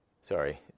sorry